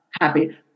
happy